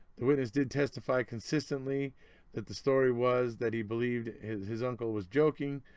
the witness did testify consistently that the story was that he believed his uncle was joking,